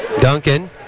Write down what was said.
Duncan